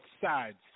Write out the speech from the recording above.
sides